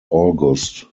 august